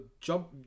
jump